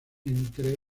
entre